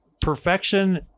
perfection